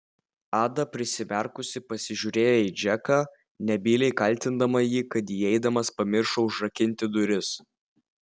ada prisimerkusi pasižiūrėjo į džeką nebyliai kaltindama jį kad įeidamas pamiršo užrakinti duris